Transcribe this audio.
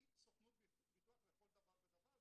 היא סוכנות ביטוח לכל דבר ודבר.